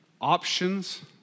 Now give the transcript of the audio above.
options